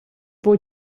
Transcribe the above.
buca